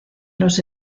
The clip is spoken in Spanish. los